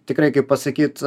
tikrai kaip pasakyti